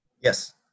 Yes